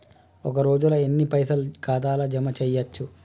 ఒక రోజుల ఎన్ని పైసల్ ఖాతా ల జమ చేయచ్చు?